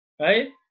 Right